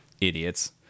idiots